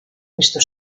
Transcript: questo